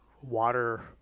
water